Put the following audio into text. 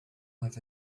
هذا